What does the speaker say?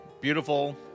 beautiful